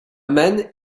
man